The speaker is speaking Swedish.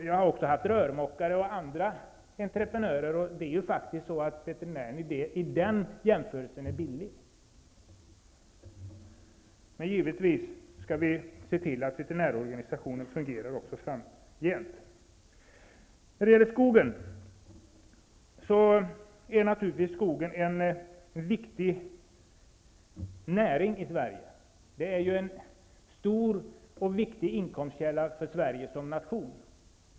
Jag har också anlitat rörmokare och andra entreprenörer, och i jämförelse med dessa är ju faktiskt veterinären billig. Givetvis skall vi se till att veterinärorganisationen fungerar också framgent. Skogen är naturligtvis en viktig näring i Sverige. Det är en stor och viktig inkomstkälla för Sverige som nation.